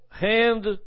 hand